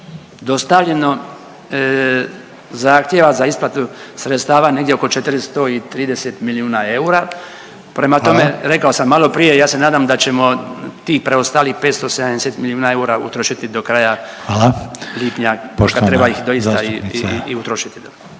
dostavljeno zahtjeva za isplatu sredstava negdje oko 430 milijuna eura…/Upadica Reiner: Hvala/…. Prema tome, rekao sam maloprije, ja se nadam da ćemo tih preostalih 570 milijuna eura utrošiti do kraja…/Upadica Reiner: Hvala/…lipnja, samo treba ih doista i, i utrošiti.